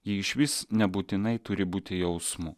ji išvis nebūtinai turi būti jausmu